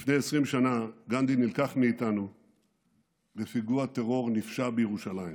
לפני 20 גנדי נלקח מאיתנו בפיגוע טרור נפשע בירושלים.